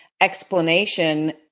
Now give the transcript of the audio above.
explanation